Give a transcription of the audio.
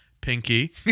Pinky